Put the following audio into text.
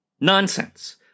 Nonsense